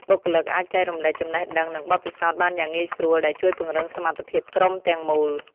បុគ្គលិកអាចចែករំលែកចំណេះដឹង និងបទពិសោធន៍បានយ៉ាងងាយស្រួល ដែលជួយពង្រឹងសមត្ថភាពក្រុមទាំងមូល។